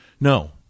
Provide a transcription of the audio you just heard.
No